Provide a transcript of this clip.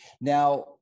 Now